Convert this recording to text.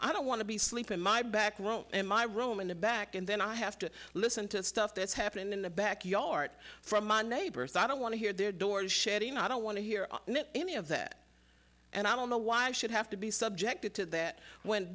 i don't want to be sleeping my back won't and my room in the back and then i have to listen to stuff that's happened in the backyard from my neighbors i don't want to hear their doors shedding i don't want to hear any of that and i don't know why i should have to be subjected to that when